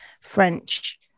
French